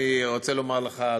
אני רוצה לומר לך,